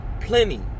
plenty